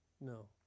No